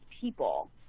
people